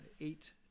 eight